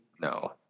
No